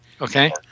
Okay